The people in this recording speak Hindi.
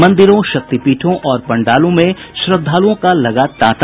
मंदिरों शक्तिपीठों और पंडालों में श्रद्धालुओं का लगा तांता